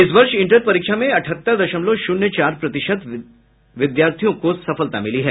इस वर्ष इंटर परीक्षा में अठहत्तर दशलमव शून्य चार प्रतिशत विद्यार्थियों को सफलता मिली है